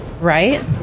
right